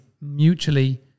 mutually